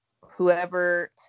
Whoever